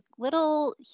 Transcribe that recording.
little